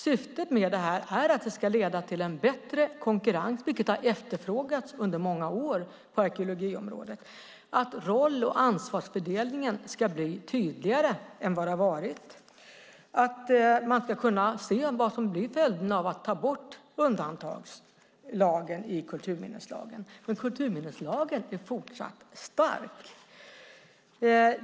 Syftet med det hela är att det ska leda till en bättre konkurrens, vilket har efterfrågats under många år på arkeologiområdet. Roll och ansvarsfördelningen ska bli tydligare än vad den har varit. Man ska kunna se vad följden blir av att ta bort undantagslagen i kulturminneslagen. Kulturminneslagen är fortsatt stark.